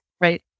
Right